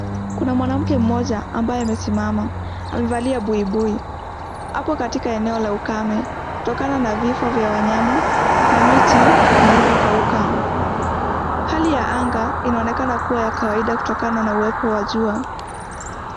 Mwanamke mmoja ambaye amesimama, amevalia buibui, apo katika eneo la ukame kutokana na vifo vya wanyama na miti ilivyokauka. Hali ya anga inaonekana kuwa ya kawaida kutokana na uwepo wa jua.